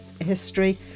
history